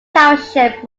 township